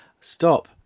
stop